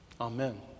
Amen